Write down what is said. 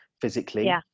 physically